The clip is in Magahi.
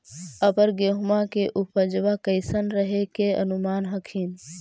अबर गेहुमा के उपजबा कैसन रहे के अनुमान हखिन?